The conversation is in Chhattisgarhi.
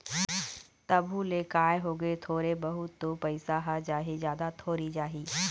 तभो ले काय होगे थोरे बहुत तो पइसा ह जाही जादा थोरी जाही